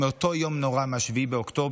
מאותו יום נורא, מ-7 באוקטובר,